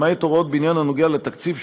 למעט הוראות בעניין הנוגע לתקציב,